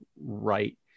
right